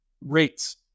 rates